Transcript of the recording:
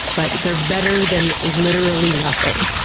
but they're better than literally nothing.